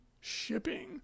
shipping